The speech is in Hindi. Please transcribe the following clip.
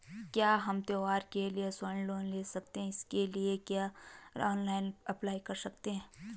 क्या हम त्यौहारों के लिए स्वर्ण लोन ले सकते हैं इसके लिए क्या ऑनलाइन अप्लाई कर सकते हैं?